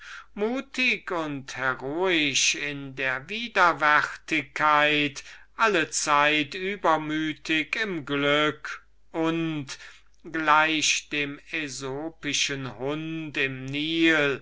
mutig und heroisch in der widerwärtigkeit allezeit übermütig im glück und gleich dem äsopischen hund im nil